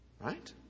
Right